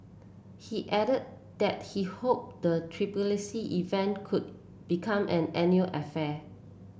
he added that he hoped the event could become an annual affair